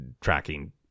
tracking